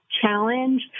challenge